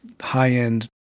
high-end